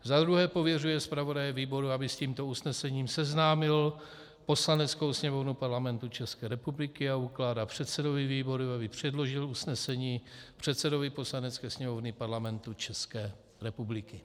za druhé, pověřuje zpravodaje výboru, aby s tímto usnesením seznámil Poslaneckou sněmovnu Parlamentu České republiky, a ukládá předsedovi výboru, aby předložil usnesení předsedovi Poslanecké sněmovny Parlamentu České republiky.